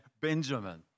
Benjamin